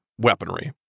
weaponry